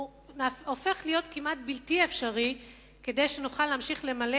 זה הופך להיות כמעט בלתי אפשרי שנוכל להמשיך למלא